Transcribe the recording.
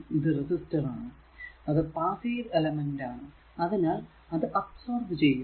ഇത് റെസിസ്റ്റർ ആണ് അത് പാസ്സീവ് എലമെന്റ് ആണ് അതിനാൽ അത് അബ്സോബ് ചെയ്യുന്നു